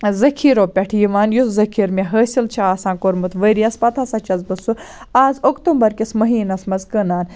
ذٔخیٖرَو پٮ۪ٹھِ یِوان یُس ذٔخیٖر مےٚ حٲصل چھُ آسان کوٚرمُت ؤرۍ یَس پَتہٕ ہَسا چھَس بہٕ سُہ آز اکتومبَر کِس مٔہیٖنَس مَنٛز کٕنان